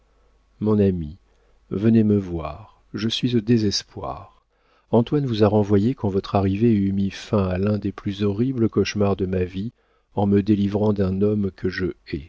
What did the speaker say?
mon ami venez me voir je suis au désespoir antoine vous a renvoyé quand votre arrivée eût mis fin à l'un des plus horribles cauchemars de ma vie en me délivrant d'un homme que je hais